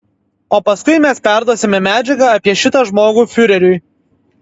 o paskui mes perduosime medžiagą apie šitą žmogų fiureriui